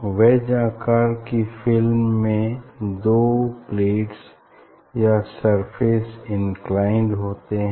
वैज आकर की फिल्म में दो प्लेट्स या सरफेस इनक्लाइंड होते हैं